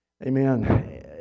Amen